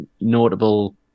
notable